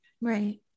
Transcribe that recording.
Right